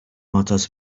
matters